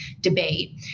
debate